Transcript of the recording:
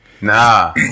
nah